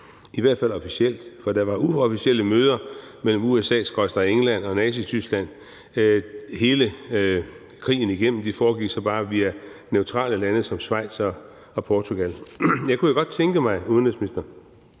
i hvert fald officielt. For der var uofficielle møder mellem USA/England og Nazityskland hele krigen igennem. De foregik så bare via neutrale lande som Schweiz og Portugal. Jeg kunne godt tænke mig, udenrigsminister,